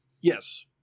yes